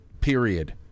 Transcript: period